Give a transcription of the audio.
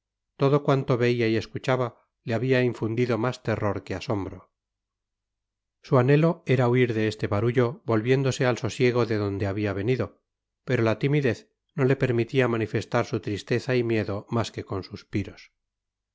todo cuanto veía y escuchaba le había infundido más terror que asombro su anhelo era huir de este barullo volviéndose al sosiego de donde había venido pero la timidez no le permitía manifestar su tristeza y miedo más que con suspiros